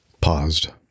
Paused